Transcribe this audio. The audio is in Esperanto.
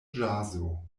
ĵazo